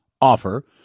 offer